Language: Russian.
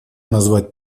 назвать